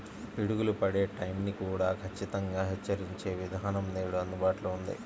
పిడుగులు పడే టైం ని కూడా ఖచ్చితంగా హెచ్చరించే విధానం నేడు అందుబాటులో ఉంది